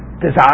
Desire